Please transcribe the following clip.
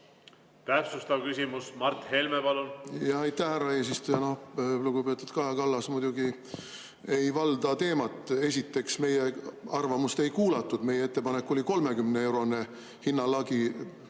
Täpsustav küsimus, Mart Helme, palun! Aitäh, härra eesistuja! Noh, lugupeetud Kaja Kallas muidugi ei valda teemat. Esiteks, meie arvamust ei kuulatud. Meie ettepanek oli 30-eurone hinnalagi,